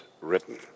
written